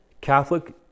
catholic